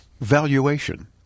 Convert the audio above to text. valuation